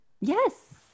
yes